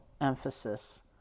emphasis